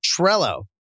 Trello